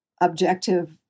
objective